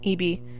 eb